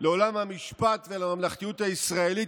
לעולם המשפט ולממלכתיות הישראלית,